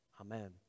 Amen